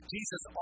Jesus